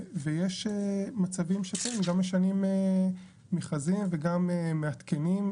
יש מצבים שכן, גם משנים מכרזים וגם מעדכנים.